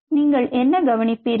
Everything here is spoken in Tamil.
நீங்கள் என்ன கவனிப்பீர்கள்